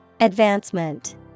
Advancement